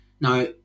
Now